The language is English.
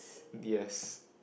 B_S